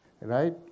right